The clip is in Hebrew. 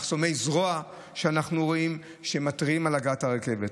מחסומי זרוע שאנחנו רואים שמתריעים על הגעת הרכבת.